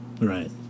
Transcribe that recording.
Right